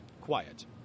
Quiet